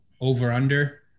over-under